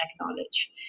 acknowledge